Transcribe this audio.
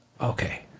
Okay